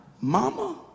mama